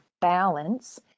balance